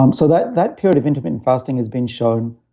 um so that that period of intermittent fasting has been shown,